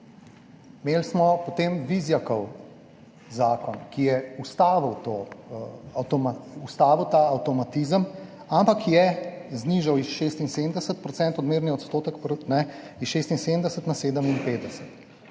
Imeli smo potem Vizjakov zakon, ki je ustavil ta avtomatizem, ampak je znižal s 76 % odmernega odstotka na 57 %.